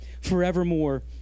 forevermore